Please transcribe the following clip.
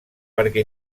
perquè